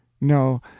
no